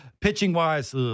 pitching-wise